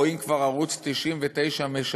או: אם כבר ערוץ 99 משדר,